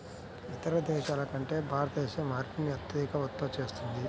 ఇతర దేశాల కంటే భారతదేశం అరటిని అత్యధికంగా ఉత్పత్తి చేస్తుంది